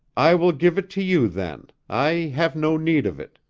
i will give it to you, then. i have no need of it.